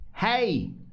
Hey